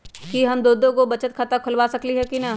कि हम दो दो गो बचत खाता खोलबा सकली ह की न?